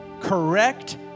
correct